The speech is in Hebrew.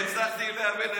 לא הצלחתי להבין,